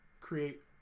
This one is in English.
create